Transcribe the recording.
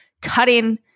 cutting